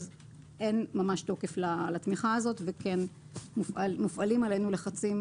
אין ממש תוקף לתמיכה הזאת וכן מופעלים עלינו לחצים